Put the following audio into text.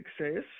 success